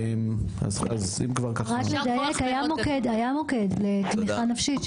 רק לדייק: היה מוקד לתמיכה נפשית,